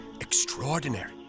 extraordinary